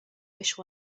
wish